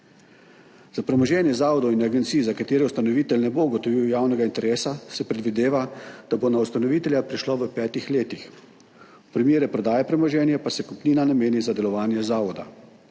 Za premoženje zavodov in agencij, za katere ustanovitelj ne bo ugotovil javnega interesa, se predvideva, da bo na ustanovitelja prešlo v 5 letih, v primeru prodaje premoženja pa se kupnina nameni za delovanje zavoda.